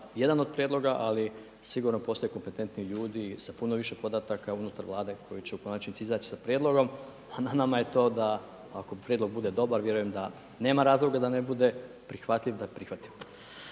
jedan od prijedloga. Ali sigurno postoje kompetentni ljudi sa puno više podataka unutar Vlade koji će u konačnici izaći sa prijedlogom, a na nama je to da ako prijedlog bude dobar vjerujem da nema razloga da ne bude prihvatljiv da ne prihvati.